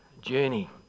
journey